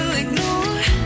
ignore